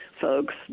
folks